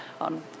on